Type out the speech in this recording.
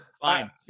Fine